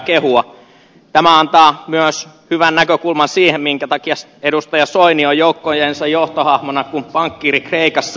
tämä antaa myös hyvän näkökulman siihen minkä takia edustaja soini on joukkojensa johtohahmona kuin pankkiiri kreikassa